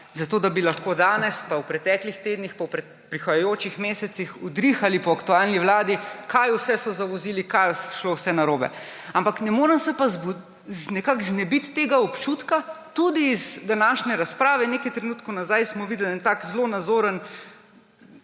zato da bi lahko danes, pa v preteklih tednih, pa v prihajajočih mesecih udrihali po aktualni vladi, kaj vse so zavozili, kaj je šlo vse narobe. Ampak ne morem se pa nekako znebiti tega občutka, tudi iz današnje razprave nekaj trenutkov nazaj smo videli en tak zelo nazoren